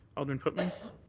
alderman pootmans?